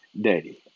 Daddy